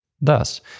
Thus